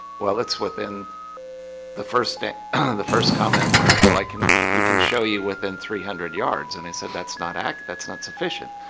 well it's within the first day the first comment was well, i can we can show you within three hundred yards and they said that's not act that's not sufficient.